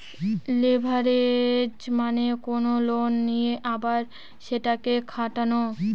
leverage মানে কোনো loan নিয়ে আবার সেটাকে খাটানো